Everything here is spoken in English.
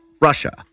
Russia